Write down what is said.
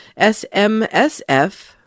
SMSF